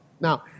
Now